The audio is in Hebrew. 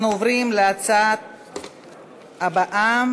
אנחנו עוברים להצעה הבאה,